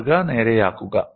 മാതൃക നേരെയാക്കുക